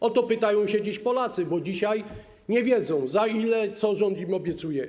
O to pytają się dziś Polacy, bo dzisiaj nie wiedzą, za ile to będzie i co rząd im obiecuje.